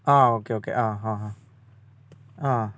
ആ okay okay ആ ആ ആ